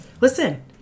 Listen